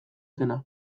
zena